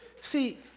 see